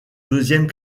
deuxième